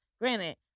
granted